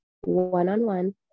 one-on-one